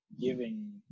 giving